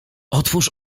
otwórz